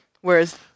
Whereas